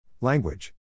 Language